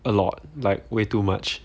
a lot like way too much